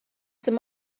some